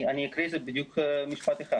אני אקריא בדיוק משפט אחד